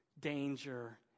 danger